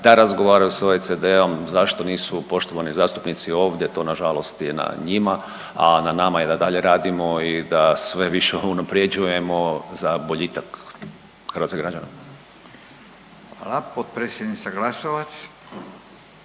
da razgovaraju s OECD-om zašto nisu poštovani zastupnici ovdje to nažalost je na njima, a na nama je da dalje radimo i da sve više unaprjeđujemo za boljitak hrvatskih građana. **Radin, Furio